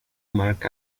marc